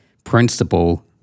principle